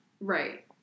right